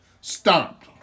Stop